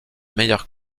meilleurs